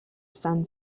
son